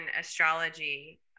astrology